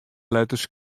letters